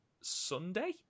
Sunday